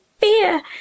beer